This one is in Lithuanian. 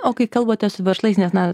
o kai kalbate su verslais nes na